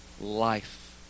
life